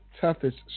toughest